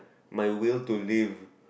my will to live